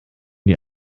die